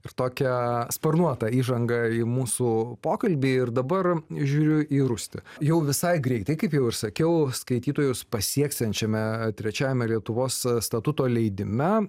ir tokią sparnuotą įžangą į mūsų pokalbį ir dabar žiūriu į rustį jau visai greitai kaip jau ir sakiau skaitytojus pasieksiančiame trečiajame lietuvos statuto leidime